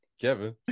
Kevin